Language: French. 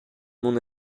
mon